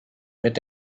wird